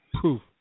proof